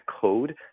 code